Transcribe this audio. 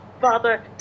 Father